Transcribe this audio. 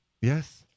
Yes